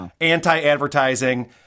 anti-advertising